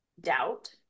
doubt